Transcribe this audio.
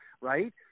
Right